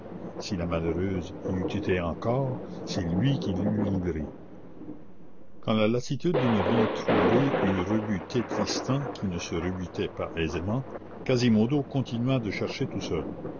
si la malheureuse y eût été encore c'est lui qui l'eût livrée quand la lassitude de ne rien trouver eut rebuté tristan qui ne se rebutait pas aisément quasimodo continua de chercher tout seul